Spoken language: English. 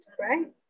right